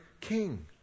King